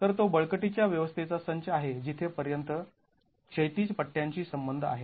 तर तो बळकटी च्या व्यवस्थेचा संच आहे जिथे पर्यंत क्षैतिज पट्ट्यांशी संबंध आहे